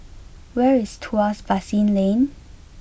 where is Tuas Basin Lane